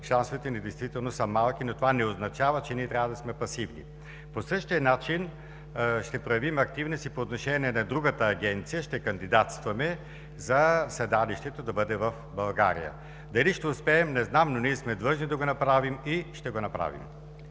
Шансовете ни са действително са малки, но това не означава, че ние трябва да сме пасивни. По същия начин ще проявим активност и по отношение на другата агенция – ще кандидатстваме седалището й да бъде в България. Дали ще успеем – не знам, но ние сме длъжни да го направим и ще го направим.